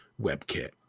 WebKit